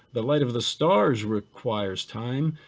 the light of the stars requires time,